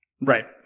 Right